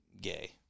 gay